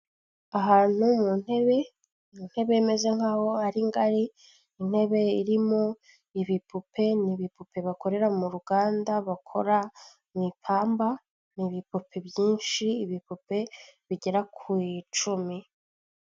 Ahantu mu ntebe, mu ntebe imeze nk'aho ari ngari, intebe irimo ibipupe, ni ibipupe bakorera mu ruganda bakora mu ipamba, ni ibipupe byinshi, ibipupe bigera ku icumi.